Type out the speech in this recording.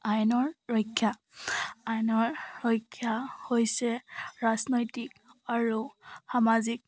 আইনৰ ৰক্ষা আইনৰ ৰক্ষা হৈছে ৰাজনৈতিক আৰু সামাজিক